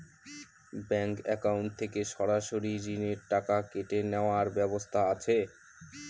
Bank account থেকে সরাসরি ঋণের টাকা কেটে নেওয়ার ব্যবস্থা আছে?